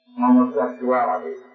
homosexuality